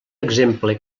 exemple